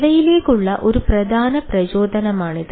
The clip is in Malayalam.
ഇവയിലേക്കുള്ള ഒരു പ്രധാന പ്രചോദനമാണിത്